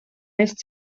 eest